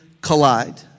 collide